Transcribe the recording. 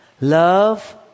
Love